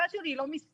הבת שלי היא לא מספר,